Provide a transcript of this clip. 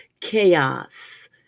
chaos